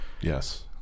yes